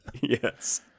Yes